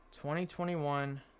2021